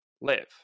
live